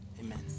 amen